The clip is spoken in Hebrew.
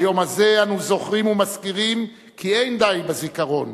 ביום הזה אנו זוכרים ומזכירים כי אין די בזיכרון,